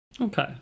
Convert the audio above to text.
Okay